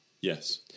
Yes